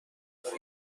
بیرون